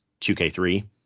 2K3